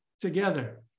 together